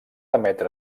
emetre